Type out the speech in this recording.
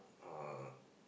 uh